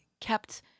kept